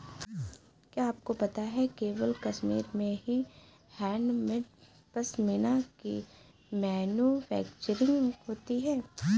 क्या आपको पता है केवल कश्मीर में ही हैंडमेड पश्मीना की मैन्युफैक्चरिंग होती है